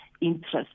interest